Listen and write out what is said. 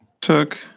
took